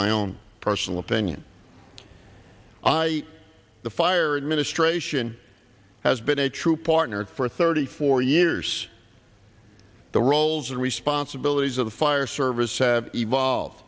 my own personal opinion i the fire administration has been a true partner for thirty four years the roles and responsibilities of the fire service have evolved